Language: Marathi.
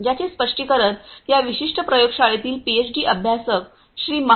ज्याचे स्पष्टीकरण या विशिष्ट प्रयोगशाळेतले पीएचडी अभ्यासक श्री